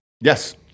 Yes